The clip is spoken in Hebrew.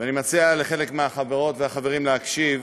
אני מציע לחלק מהחברות והחברים להקשיב,